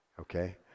okay